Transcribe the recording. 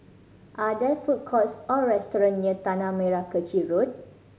are there food courts or restaurant near Tanah Merah Kechil Road